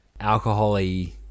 alcoholy